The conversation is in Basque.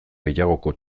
gehiagoko